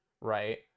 right